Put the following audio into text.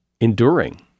enduring